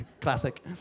Classic